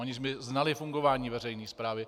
Aniž by znali fungování veřejné správy.